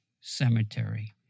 cemetery